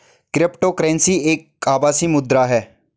crypto currency एक आभासी मुद्रा है